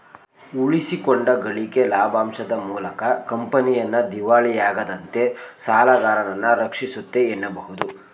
ಉಳಿಸಿಕೊಂಡ ಗಳಿಕೆ ಲಾಭಾಂಶದ ಮೂಲಕ ಕಂಪನಿಯನ್ನ ದಿವಾಳಿಯಾಗದಂತೆ ಸಾಲಗಾರರನ್ನ ರಕ್ಷಿಸುತ್ತೆ ಎನ್ನಬಹುದು